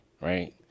right